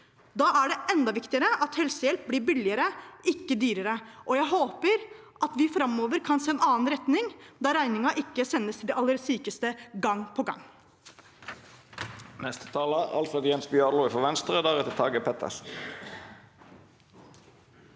Da er det enda viktigere at helsehjelp blir billigere, ikke dyrere, og jeg håper at vi framover kan se en annen retning, der regningen ikke sendes til de aller sykeste gang på gang.